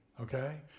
okay